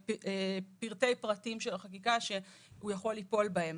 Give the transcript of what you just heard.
פרטי פרטים של החקיקה שהוא יכול ליפול בהם.